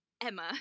Emma